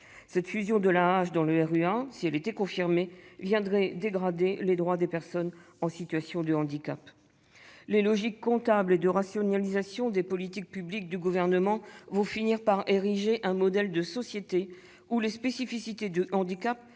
Cette fusion de l'AAH dans le RUA, si elle était confirmée, dégraderait les droits des personnes en situation de handicap. Les logiques comptables et de rationalisation des politiques publiques suivies par le Gouvernement vont finir par ériger un modèle de société dans lequel les spécificités du handicap